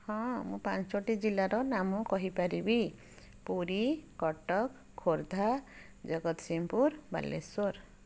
ହଁ ମୁଁ ପାଞ୍ଚଟି ଜିଲ୍ଲାର ନାମ କହିପାରିବି ପୁରୀ କଟକ ଖୋର୍ଦ୍ଧା ଜଗତସିଂହପୁର ବାଲେଶ୍ୱର